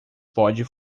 pode